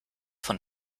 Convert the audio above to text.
von